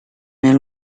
nel